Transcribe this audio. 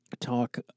talk